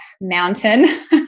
mountain